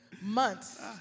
months